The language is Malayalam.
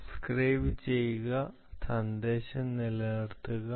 സബ്സ്ക്രൈബുചെയ്യുക സന്ദേശം നിലനിർത്തുക